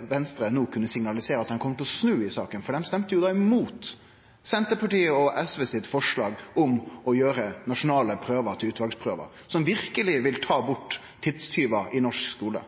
Venstre no kunne signalisere at dei kjem til å snu i saka, for dei stemte jo imot forslaget frå Senterpartiet og SV om å gjere nasjonale prøver til utvalsprøver, som verkeleg ville tatt bort tidstjuvar i norsk skule.